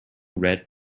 red